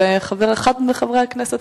והוא אחד מחברי הכנסת,